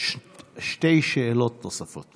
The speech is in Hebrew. שתי שאלות נוספות.